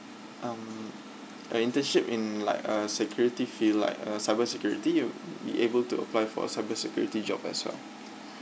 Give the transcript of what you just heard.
um a internship in like a security field like uh cyber security you would be able to apply for cyber security job as well